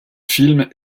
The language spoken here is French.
film